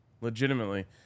legitimately